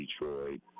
Detroit